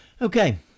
Okay